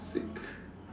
sick